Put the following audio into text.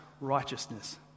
righteousness